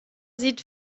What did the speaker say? sieht